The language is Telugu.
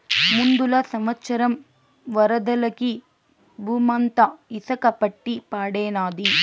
ముందల సంవత్సరం వరదలకి బూమంతా ఇసక పట్టి పాడైనాది